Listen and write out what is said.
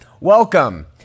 welcome